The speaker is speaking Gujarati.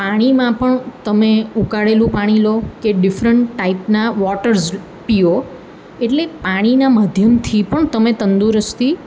પાણીમાં પણ તમે ઉકાળેલું પાણી લો કે ડિફરન્ટ ટાઈપના વૉટર્સ પીઓ એટલે પાણીના માધ્યમથી પણ તમે તંદુરસ્તી